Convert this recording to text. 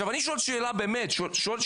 אני שואל שאלה רצינית,